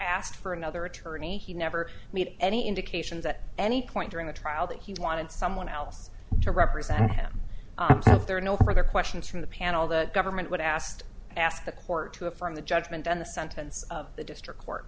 asked for another attorney he never made any indications at any point during the trial that he wanted someone else to represent him if there are no further questions from the panel the government would asked ask the court to affirm the judgment and the sentence the district court